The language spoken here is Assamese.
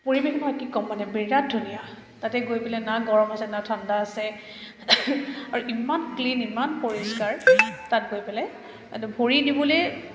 পৰিৱেশ হোৱা কি ক'ম মানে বিৰাট ধুনীয়া তাতে গৈ পেলাই না গৰম আছে না ঠাণ্ডা আছে আৰু ইমান ক্লিন ইমান পৰিষ্কাৰ তাত গৈ পেলাই তাতে ভৰি দিবলৈ